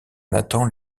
nathan